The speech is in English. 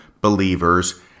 believers